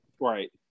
Right